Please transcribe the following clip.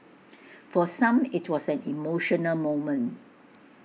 for some IT was an emotional moment